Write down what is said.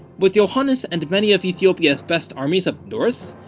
with yohannes and many of ethiopia's best armies up north,